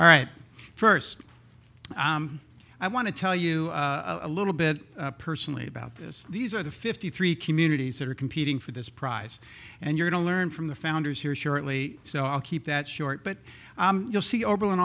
right first i want to tell you a little bit personally about this these are the fifty three communities that are competing for this prize and you're to learn from the founders here shortly so i'll keep that short but you'll see overland